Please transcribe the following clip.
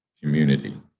community